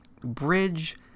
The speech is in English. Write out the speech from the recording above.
bridge